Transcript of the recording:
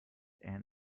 and